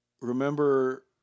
Remember